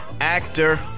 actor